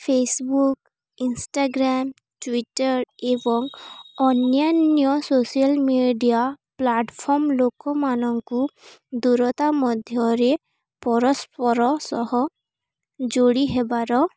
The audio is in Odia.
ଫେସବୁକ୍ ଇନ୍ଷ୍ଟାଗ୍ରାମ୍ ଟୁଇଟର୍ ଏବଂ ଅନ୍ୟାନ୍ୟ ସୋସିଆଲ୍ ମିଡ଼ିଆ ପ୍ଲାଟ୍ଫର୍ମ ଲୋକମାନଙ୍କୁ ଦୂରତା ମଧ୍ୟରେ ପରସ୍ପର ସହ ଯୋଡ଼ି ହେବାର